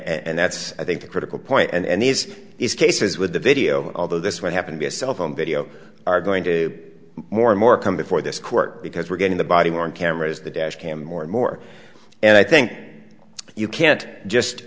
and that's i think the critical point and these cases with the video although this will happen be a cell phone video are going to more and more come before this court because we're getting the body more cameras the dash cam more and more and i think you can't just